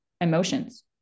emotions